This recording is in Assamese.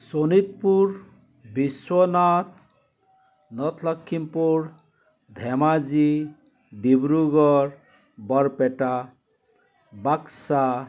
শোণিতপুৰ বিশ্বনাথ নৰ্থ লখিমপুৰ ধেমাজি ডিব্ৰুগড় বৰপেটা বাক্সা